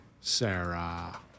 Sarah